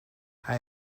hij